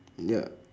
ya